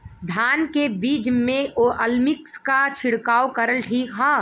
धान के बिज में अलमिक्स क छिड़काव करल ठीक ह?